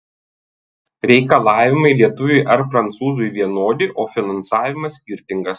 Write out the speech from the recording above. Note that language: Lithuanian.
reikalavimai lietuviui ar prancūzui vienodi o finansavimas skirtingas